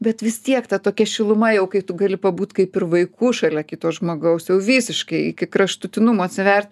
bet vis tiek ta tokia šiluma jau kai tu gali pabūt kaip ir vaiku šalia kito žmogaus jau visiškai iki kraštutinumo atsivert